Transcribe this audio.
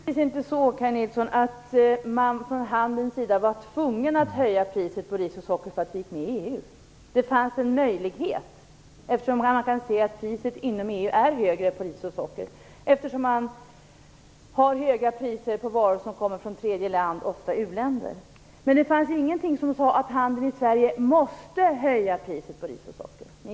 Herr talman! Man var naturligtvis inte, Kaj Larsson, från handelns sida tvungen att höja priset på ris och socker därför att vi gick med i EU. Det fanns en möjlighet till det, eftersom priset på ris och socker inom EU är högre på grund av att man där har höga priser på varor som kommer från tredje land, ofta uländer. Men det fanns alltså inget som sade att handeln i Sverige måste höja priset på ris och socker.